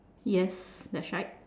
yes that's right